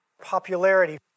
popularity